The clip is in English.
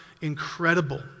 incredible